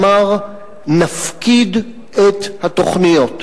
אמר: נפקיד את התוכניות.